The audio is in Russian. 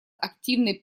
активной